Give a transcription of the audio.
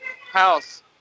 house